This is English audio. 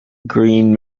green